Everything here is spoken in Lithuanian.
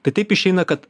tai taip išeina kad